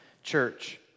Church